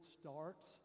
Starts